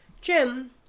Jim